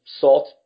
salt